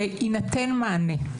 שיינתן מענה.